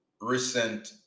recent